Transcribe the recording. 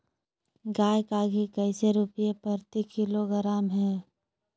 गाय का घी कैसे रुपए प्रति किलोग्राम है?